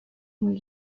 muy